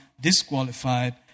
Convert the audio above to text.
disqualified